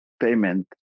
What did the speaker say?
payment